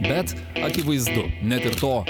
bet akivaizdu net ir to